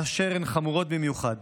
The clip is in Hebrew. אשר הן חמורות במיוחד.